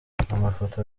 amafoto